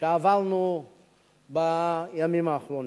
שעברנו בימים האחרונים.